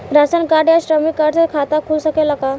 Ration card या श्रमिक card से खाता खुल सकेला का?